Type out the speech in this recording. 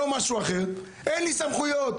לא משהו אחר ואומר שאין לו סמכויות.